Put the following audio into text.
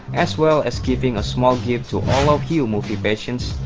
as well as giving a small gift to all of you movie patients.